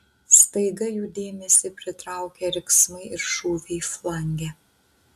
staiga jų dėmesį pritraukė riksmai ir šūviai flange